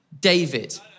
David